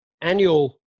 annual